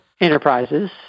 enterprises